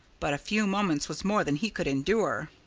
but a few moments was more than he could endure.